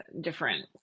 different